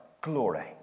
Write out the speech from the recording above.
glory